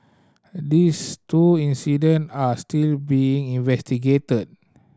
these two incident are still being investigated